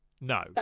No